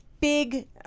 big